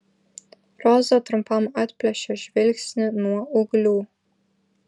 roza trumpam atplėšė žvilgsnį nuo ūglių